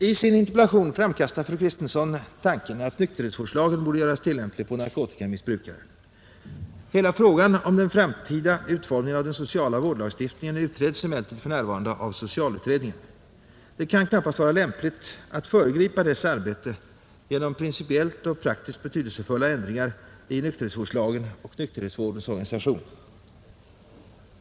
I sin interpellation framkastar fru Kristensson tanken att nykterhetsvårdslagen borde göras tillämplig på narkotikamissbrukare. Hela frågan om den framtida utformningen av den sociala vårdlagstiftningen utreds emellertid för närvarande av socialutredningen. Det kan knappast vara lämpligt att föregripa dess arbete genom principiellt och praktiskt betydelsefulla ändringar i nykterhetsvårdslagen och nykterhetsvårdens organisation.